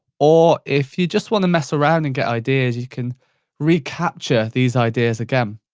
or if you just want to mess around and get ideas. you can recapture these ideas again.